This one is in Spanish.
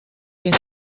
que